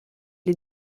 les